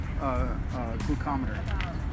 glucometer